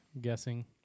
guessing